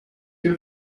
you